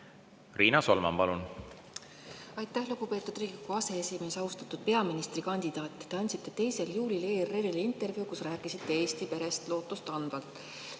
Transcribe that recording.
Riina Solman, palun! Aitäh, lugupeetud Riigikogu aseesimees! Austatud peaministrikandidaat! Te andsite 2. juulil ERR‑ile intervjuu, kus rääkisite Eesti peredest lootustandvalt.